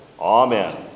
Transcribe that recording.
Amen